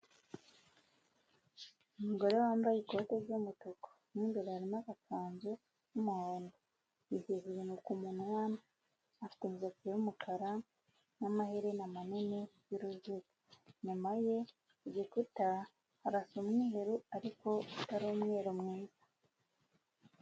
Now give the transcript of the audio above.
Umugore wambaye ikote ry'umutuku mo imbere harimo agakanzu k’umuhondo. Yisize ibintu ku munwa, afite imisatsi y'umukara n'amaherena manini y'uruziga. Inyuma ye ku gikuta harasa umweru ariko utari umweru mwiza.